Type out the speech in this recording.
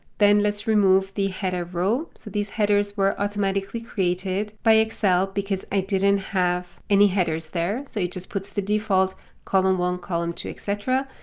then let's remove the header row. so these headers were automatically created by excel because i didn't have any headers there. so it just puts the default column one, column two, et cetera.